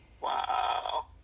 Wow